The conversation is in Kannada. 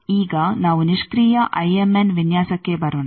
ಈಗ ನಾವು ನಿಷ್ಕ್ರಿಯ ಐಎಮ್ಎನ್ ವಿನ್ಯಾಸಕ್ಕೆ ಬರೋಣ